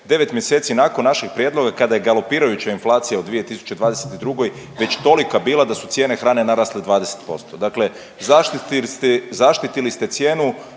mjeseci nakon našeg prijedloga kada je galopirajuća inflacija u 2022. već tolika bila da su cijene hrane narasle 20%. Dakle, zaštitili ste cijenu